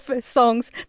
songs